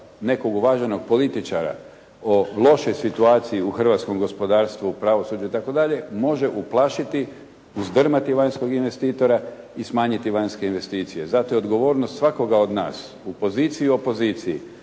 nekog uvaženog političara o lošoj situaciji u hrvatskom gospodarstvu, u pravosuđu itd. može uplašiti, uzdrmati vanjskog investitora i smanjiti vanjske investicije. Zato je odgovornost svakoga od nas u poziciji i opoziciji